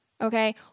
Okay